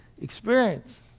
Experience